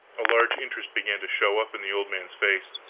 a large interest began to show up in the old man's face.